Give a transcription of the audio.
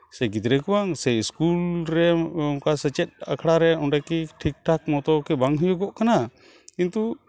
ᱥᱮ ᱜᱤᱫᱽᱨᱟᱹ ᱠᱚᱣᱟᱝ ᱥᱮ ᱤᱥᱠᱩᱞ ᱨᱮ ᱚᱝᱠᱟ ᱥᱮᱪᱮᱫ ᱟᱠᱷᱲᱟ ᱨᱮ ᱚᱸᱰᱮ ᱠᱤ ᱴᱷᱤᱠᱼᱴᱷᱟᱠ ᱢᱚᱛᱚ ᱠᱤ ᱵᱟᱝ ᱦᱩᱭᱩᱜᱚᱜ ᱠᱟᱱᱟ ᱠᱤᱱᱛᱩ